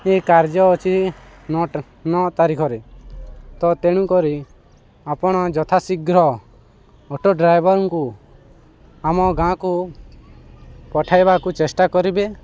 ଏ କାର୍ଯ୍ୟ ଅଛି ନଅ ତାରିଖରେ ତ ତେଣୁକରି ଆପଣ ଯଥା ଶୀଘ୍ର ଅଟୋ ଡ୍ରାଇଭର୍ଙ୍କୁ ଆମ ଗାଁ'କୁ ପଠାଇବାକୁ ଚେଷ୍ଟା କରିବେ